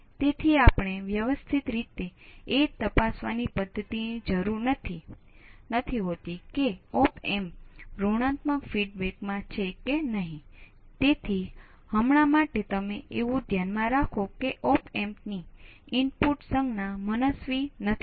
તેથી બંને રીતે એ શક્ય છે અને છેવટે આ બંને ઓપ એમ્પસ ને જુઓ